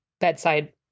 bedside